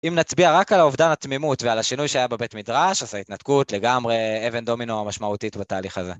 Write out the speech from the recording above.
אם נצביע רק על האובדן התמימות ועל השינוי שהיה בבית מדרש, אז ההתנתקות לגמרי אבן דומינו משמעותית בתהליך הזה.